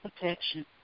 protection